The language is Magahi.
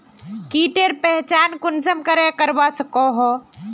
कीटेर पहचान कुंसम करे करवा सको ही?